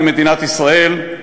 היא מדינת ישראל.